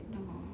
no